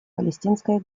палестинское